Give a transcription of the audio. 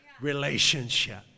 relationship